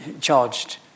charged